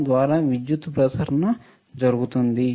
R1 ద్వారా విద్యుత్ ప్రసరణ జరుగుతుంది